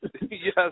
Yes